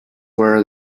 where